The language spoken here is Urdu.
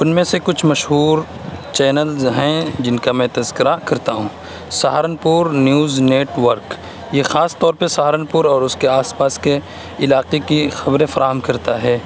ان میں سے کچھ مشہور چینلز ہیں جن کا میں تذکرہ کرتا ہوں سہارنپور نیوز نیٹ ورک یہ خاص طور پہ سہارنپور اور اس کے پاس کے علاقے کی خبریں فراہم کرتا ہے